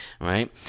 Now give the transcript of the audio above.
right